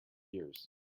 years